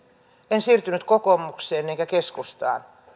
en siirtynyt kokoomukseen enkä keskustaan